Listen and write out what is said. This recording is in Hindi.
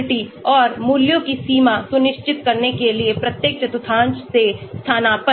Orthogonality और मूल्यों की सीमा सुनिश्चित करने के लिए प्रत्येक चतुर्थांश से स्थानापन्न